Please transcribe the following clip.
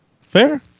fair